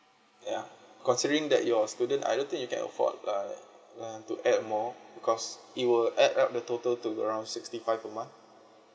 yeah considering that you're a student I don't think you can afford uh uh to add more because it will add up the total to around sixty five per month